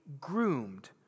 groomed